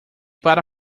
para